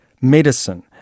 medicine